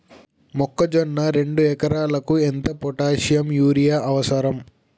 మొక్కజొన్న రెండు ఎకరాలకు ఎంత పొటాషియం యూరియా అవసరం?